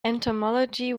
entomology